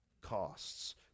costs